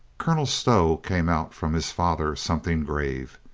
colonel stow came out from his father something grave.